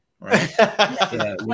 right